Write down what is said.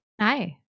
Hi